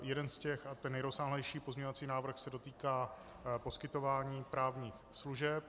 Jeden z nich a ten nejrozsáhlejší pozměňovací návrh se dotýká poskytování právních služeb.